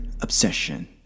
obsession